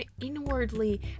inwardly